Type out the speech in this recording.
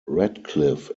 radcliffe